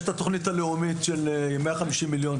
יש את התוכנית הלאומית עם 150 מיליון.